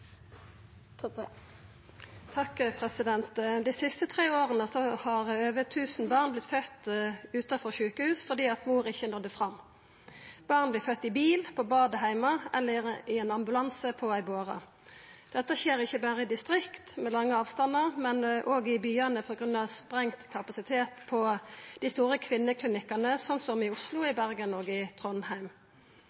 Toppe – til oppfølgingsspørsmål. Dei siste tre åra har over tusen born vorte fødde utanfor sjukehus, fordi mor ikkje nådde fram. Born vert fødde i bil, på badet heime eller i ein ambulanse på ei båre. Dette skjer ikkje berre i distrikt med lange avstandar, men òg i byane på grunn av sprengt kapasitet på dei store kvinneklinikkane, som i Oslo, Bergen og Trondheim. Kvinner i